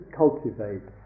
cultivate